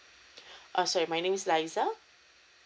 uh so my name is liza